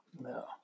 No